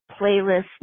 playlist